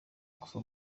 kuva